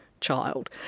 child